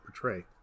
portray